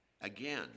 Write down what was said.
Again